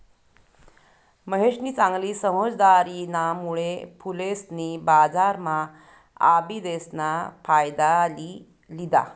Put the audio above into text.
महेशनी चांगली समझदारीना मुळे फुलेसनी बजारम्हा आबिदेस ना फायदा लि लिदा